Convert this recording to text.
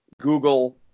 Google